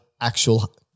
actual